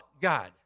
God